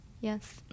Yes